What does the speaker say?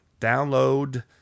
download